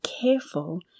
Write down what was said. careful